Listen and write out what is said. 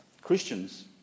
Christians